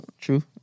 True